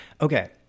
Okay